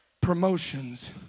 promotions